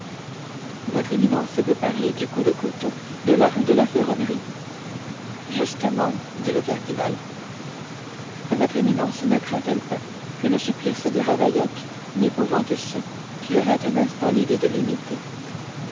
votre éminence veut parler du coup de couteau de la rue de la ferronnerie justement dit le cardinal votre éminence ne craint elle pas que le supplice de ravaillac épouvante ceux qui auraient un instant l'idée de l'imiter